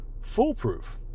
foolproof